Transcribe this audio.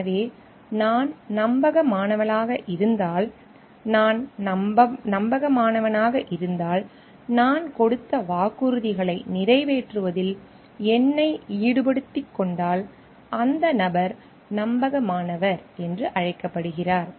எனவே நான் நம்பகமானவனாக இருந்தால் நான் நம்பகமானவனாக இருந்தால் நான் கொடுத்த வாக்குறுதிகளை நிறைவேற்றுவதில் என்னை ஈடுபடுத்திக் கொண்டால் அந்த நபர் நம்பகமானவர் என்று அழைக்கப்படுகிறார்